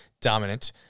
dominant